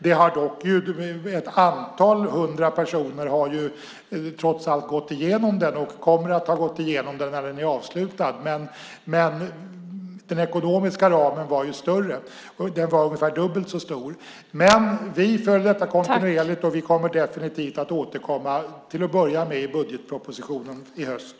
Dock har ett antal hundra personer trots allt gått igenom den utbildningen och kommer att ha gått igenom den när den är avslutad. Men den ekonomiska ramen var större. Den var ungefär dubbelt så stor. Vi följer detta kontinuerligt. Vi kommer definitivt att återkomma, till att börja med i budgetpropositionen i höst.